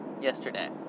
yesterday